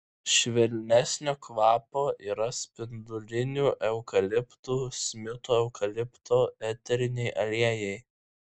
švelnesnio kvapo yra spindulinių eukaliptų smito eukalipto eteriniai aliejai